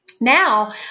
Now